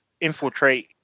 infiltrate